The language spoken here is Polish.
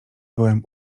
byłem